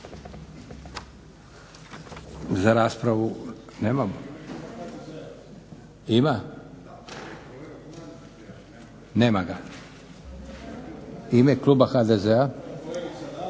Za raspravu, nema, ima? Nema ga. U ime kluba HDZ-a,